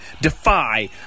Defy